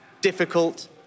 difficult